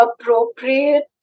appropriate